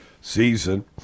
Season